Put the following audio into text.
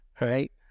right